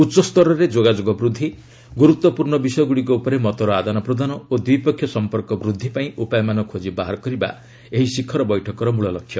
ଉଚ୍ଚସ୍ତରରେ ଯୋଗାଯୋଗ ବୃଦ୍ଧି ଗୁରୁତ୍ୱପୂର୍ଣ୍ଣ ବିଷୟଗୁଡିକ ଉପରେ ମତର ଆଦାନପ୍ରଦାନ ଓ ଦ୍ୱିପକ୍ଷୀୟ ସମ୍ପର୍କ ବୃଦ୍ଧି ପାଇଁ ଉପାୟମାନ ଖୋକି ବାହାର କରିବା ଏହି ଶିଖର ବୈଠକର ମଳଲକ୍ଷ୍ୟ